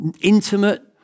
intimate